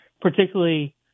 particularly